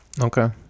okay